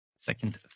second